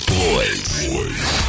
boys